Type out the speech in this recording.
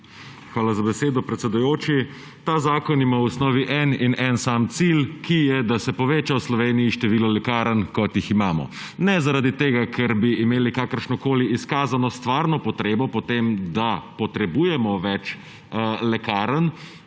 Hvala za besedo, predsedujoči. Ta zakon ima v osnovi en in en sam cilj, ki je, da se v Sloveniji poveča število lekarn, kot ga imamo. Ne zaradi tega, ker bi imeli kakršnokoli izkazano stvarno potrebo po tem, da potrebujemo več lekarn